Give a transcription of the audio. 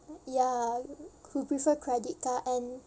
ya who prefer credit card and